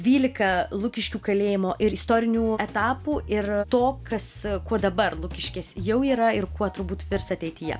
dvylika lukiškių kalėjimo ir istorinių etapų ir to kas kuo dabar lukiškės jau yra ir kuo turbūt virs ateityje